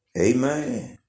Amen